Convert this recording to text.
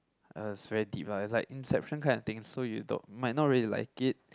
uh it's very deep lah it's like inception kind of thing so you don't you might not really like it